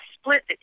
split